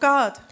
God